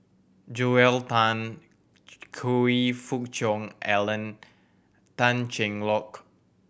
Joel Tan Choe Fook Cheong Alan Tan Cheng Lock